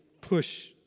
push